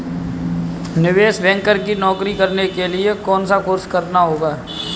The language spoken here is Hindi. निवेश बैंकर की नौकरी करने के लिए कौनसा कोर्स करना होगा?